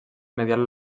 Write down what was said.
medial